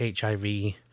HIV